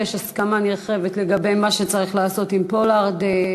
יש הסכמה נרחבת לגבי מה שצריך לעשות עם פולארד.